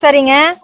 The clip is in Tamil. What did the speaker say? சரிங்க